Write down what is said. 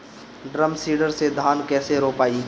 Drum seeder से धान कैसे रोपाई?